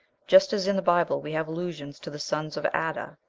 just as in the bible we have allusions to the sons of adab,